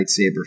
lightsaber